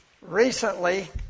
Recently